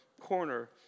corner